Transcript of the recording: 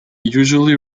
usually